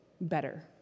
better